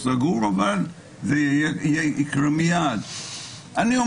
כשפוגש אותי שמעון שטרית מפעם לפעם,